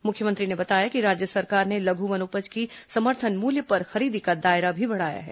मुख्यमंत्री ने बताया कि राज्य सरकार ने लघु वनोपज की समर्थन मूल्य पर खरीदी का दायरा भी बढ़ाया है